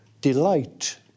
delight